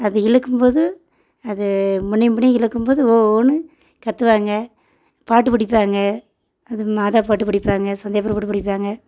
அது இழுக்கும்போது அது முன்னையும் பின்னையும் இழுக்கும்போது ஓ ஓன்னு கத்துவாங்க பாட்டு படிப்பாங்க அது மாதா பாட்டு படிப்பாங்க சந்தியாபுரி பாட்டு படிப்பாங்க